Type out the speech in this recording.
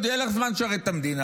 עוד יהיה לך זמן לשרת את המדינה.